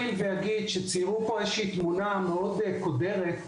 ציירו פה איזושהי תמונה מאוד קודרת,